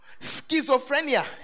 Schizophrenia